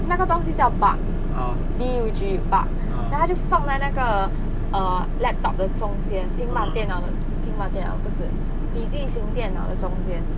那个东西叫 bug B U G bug then 他就放在那个 err laptop 的中间平板电脑的平板电脑不是笔记型电脑的中间